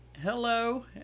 Hello